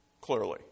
Clearly